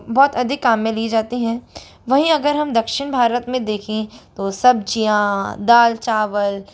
बहुत अधिक काम में ली जाती हैं वहीं अगर हम दक्षिन भारत में देखें तो सब्ज़ियाँ दाल चावल